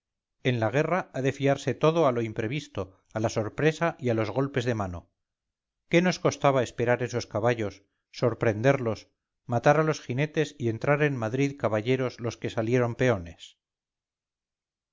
en la guerra ha de fiarse todo a lo imprevisto a la sorpresa y a los golpes de mano qué nos costaba esperar esos caballos sorprenderlos matar a los jinetes y entrar en madrid caballeros los que salieron peones